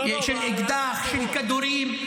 לא ----- של אקדח, של כדורים.